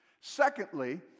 Secondly